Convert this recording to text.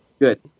Good